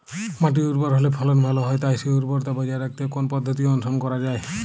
মাটি উর্বর হলে ফলন ভালো হয় তাই সেই উর্বরতা বজায় রাখতে কোন পদ্ধতি অনুসরণ করা যায়?